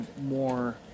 more